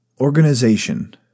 Organization